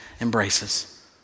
embraces